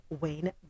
Wayne